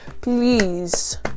please